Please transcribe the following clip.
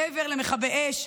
מעבר למכבי אש,